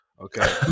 Okay